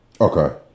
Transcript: okay